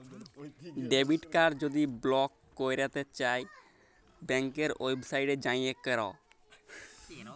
debit card যদি block ক্যইরতে চাই ব্যাংকের ওয়েবসাইটে যাঁয়ে ক্যরে